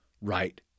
right